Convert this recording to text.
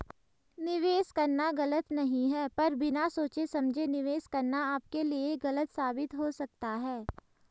निवेश करना गलत नहीं है पर बिना सोचे समझे निवेश करना आपके लिए गलत साबित हो सकता है